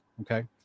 Okay